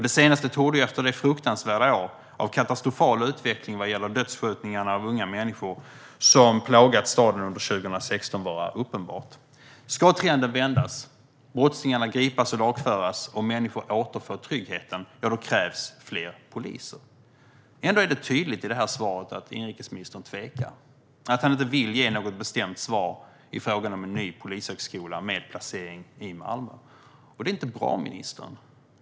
Det senaste torde efter den katastrofala utveckling vad gäller dödsskjutningarna av unga människor som plågat staden under det fruktansvärda 2016 vara uppenbart. Ska trenden vändas, brottslingarna gripas och lagföras och människor återfå tryggheten krävs fler poliser. Ändå är det tydligt i det här svaret att inrikesministern tvekar och att han inte vill ge något bestämt svar i frågan om en ny polishögskola med placering i Malmö. Det är inte bra, ministern.